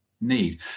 need